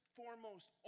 foremost